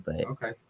Okay